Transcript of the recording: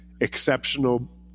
exceptional